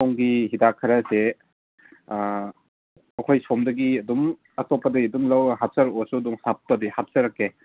ꯁꯣꯝꯒꯤ ꯍꯤꯗꯥꯛ ꯈꯔꯁꯦ ꯑꯩꯈꯣꯏ ꯁꯣꯝꯗꯒꯤ ꯑꯗꯨꯝ ꯑꯇꯣꯞꯄꯗꯒꯤ ꯑꯗꯨꯝ ꯂꯧꯔꯒ ꯍꯥꯞꯆꯔꯛꯑꯣꯁꯨ ꯑꯗꯨꯝ ꯍꯥꯞꯄꯨꯗꯤ ꯍꯥꯞꯆꯔꯛꯀꯦ